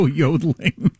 yodeling